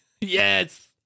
Yes